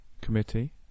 Committee